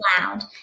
loud